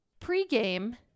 pregame